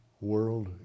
world